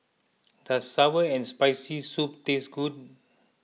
does Sour and Spicy Soup taste good